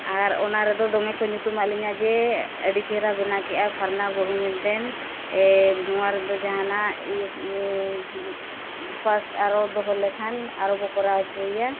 ᱟᱨ ᱚᱱᱟ ᱨᱮᱫᱚ ᱫᱚᱢᱮ ᱠᱚ ᱧᱩᱛᱩᱢᱟᱫ ᱞᱤᱧᱟᱹ ᱡᱮ ᱟᱹᱰᱤ ᱪᱮᱦᱨᱟ ᱵᱮᱱᱟᱣ ᱠᱮᱫᱟᱭ ᱯᱷᱟᱨᱱᱟ ᱵᱟᱹᱦᱩ ᱢᱮᱱᱛᱮ ᱱᱚᱣᱟ ᱨᱮᱫᱚ ᱡᱟᱦᱟᱱᱟᱜ ᱯᱷᱟᱥᱴ ᱟᱨᱚ ᱫᱚᱦᱚ ᱞᱮᱠᱷᱟᱱ ᱟᱨᱚ ᱠᱚ ᱠᱚᱨᱟᱣ ᱦᱚᱪᱚᱭᱮᱭᱟ